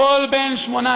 כל בן 18